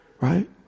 Right